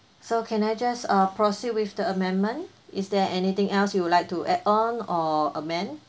so can I just uh proceed with the amendment is there anything else you would like to add on or amend